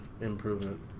improvement